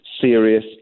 serious